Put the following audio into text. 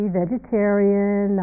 vegetarian